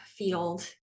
Field